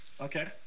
Okay